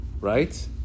right